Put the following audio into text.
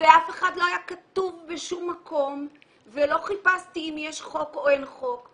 ולא היה כתוב בשום מקום ולא חיפשתי אם יש חוק או אין חוק,